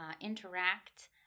interact